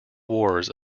wars